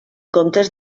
comptes